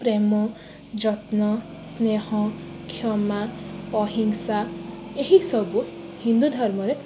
ପ୍ରେମ ଯତ୍ନ ସ୍ନେହ କ୍ଷମା ଅହିଂସା ଏହି ସବୁ ହିନ୍ଦୁ ଧର୍ମରେ